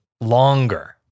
longer-